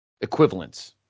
equivalents